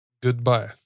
goodbye